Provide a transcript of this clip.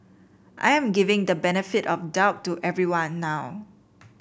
I am giving the benefit of doubt to everyone now